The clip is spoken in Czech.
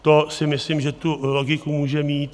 To si myslím, že tu logiku může mít.